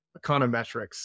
Econometrics